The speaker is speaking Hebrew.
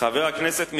חבר הכנסת מיכאלי,